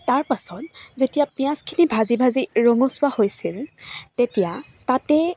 তাৰপাছত যেতিয়া পিঁয়াজখিনি ভাজি ভাজি ৰঙচুৱা হৈছিল তেতিয়া তাতে